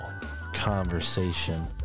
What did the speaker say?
conversation